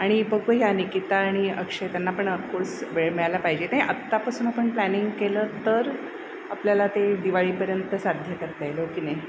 आणि बघूया निकिता आणि अक्षतांना पण अफकोस वेळ मिळायला पाहिजे नाही आत्तापासून आपण प्लॅनिंग केलं तर आपल्याला ते दिवाळीपर्यंत साध्य करता येईल हो की नाही